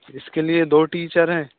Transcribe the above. इसके लिए दो टीचर हैं